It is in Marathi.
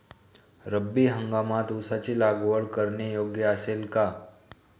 रब्बी हंगामात ऊसाची लागवड करणे योग्य असेल का?